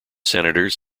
senators